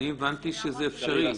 אני הבנתי שזה אפשרי.